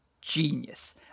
genius